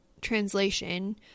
translation